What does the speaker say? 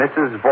Mrs